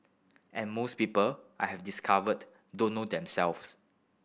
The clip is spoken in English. and most people I have discovered don't know them self